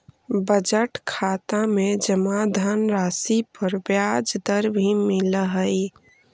budget खाता में जमा धनराशि पर ब्याज दर भी मिलऽ हइ